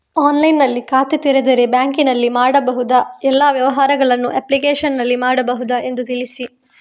ಆನ್ಲೈನ್ನಲ್ಲಿ ಖಾತೆ ತೆರೆದರೆ ಬ್ಯಾಂಕಿನಲ್ಲಿ ಮಾಡಬಹುದಾ ಎಲ್ಲ ವ್ಯವಹಾರಗಳನ್ನು ಅಪ್ಲಿಕೇಶನ್ನಲ್ಲಿ ಮಾಡಬಹುದಾ ಎಂದು ತಿಳಿಸಿ?